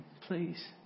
please